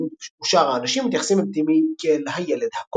העיתונות ושאר האנשים מתייחסים אל טימי כאל 'הילד הקוף'.